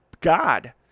God